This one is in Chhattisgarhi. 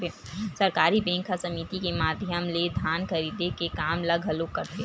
सहकारी बेंक ह समिति के माधियम ले धान खरीदे के काम ल घलोक करथे